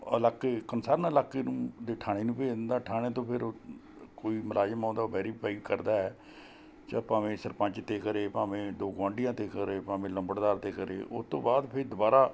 ਇਲਾਕੇ ਕੰਸਰਨ ਇਲਾਕੇ ਨੂੰ ਦੇ ਥਾਣੇ ਨੂੰ ਭੇਜ ਦਿੰਦਾ ਥਾਣੇ ਤੋਂ ਫਿਰ ਕੋਈ ਮੁਲਾਜ਼ਮ ਆਉਂਦਾ ਵੈਰੀਫਾਈ ਕਰਦਾ ਹੈ ਸ ਭਾਵੇਂ ਸਰਪੰਚ ਤੋਂ ਕਰੇ ਭਾਵੇਂ ਦੋ ਗੁਆਂਢੀਆਂ ਤੋਂ ਕਰੇ ਭਾਵੇਂ ਲੰਬੜਦਾਰ ਤੋਂ ਕਰੇ ਉਹ ਤੋਂ ਬਾਅਦ ਫਿਰ ਦੁਬਾਰਾ